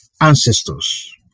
ancestors